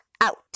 out